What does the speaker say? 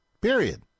Period